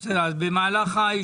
בסדר, אז אני רוצה לדעת במהלך הישיבה.